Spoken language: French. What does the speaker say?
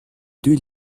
deux